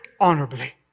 honorably